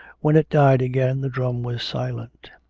when it died again the drum was silent.